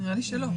נראה לי שלא.